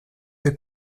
des